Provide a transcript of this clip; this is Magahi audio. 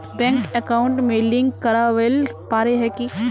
बैंक अकाउंट में लिंक करावेल पारे है की?